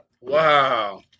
Wow